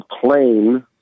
plane